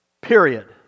Period